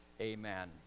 Amen